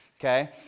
okay